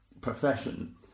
profession